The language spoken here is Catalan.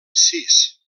sis